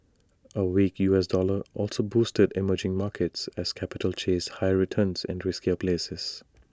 A weak U S dollar also boosted emerging markets as capital chased higher returns in riskier places